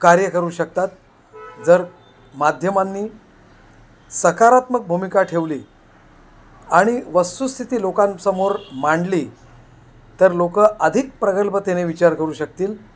कार्य करू शकतात जर माध्यमांनी सकारात्मक भूमिका ठेवली आणि वस्तुस्थिती लोकांसमोर मांडली तर लोकं अधिक प्रगल्भतेने विचार करू शकतील